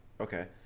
okay